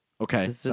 Okay